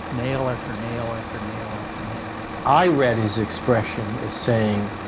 nail after nail after nail after nail i read his expression as saying,